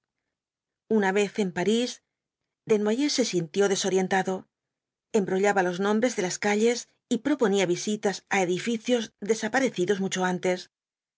una vez en parís desnoyers se sintió desorientado embrollaba los nombres de las calles y proponía visitas á edificios desaparecidos mucho antes